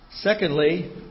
Secondly